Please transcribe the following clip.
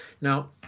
Now